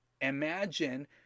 imagine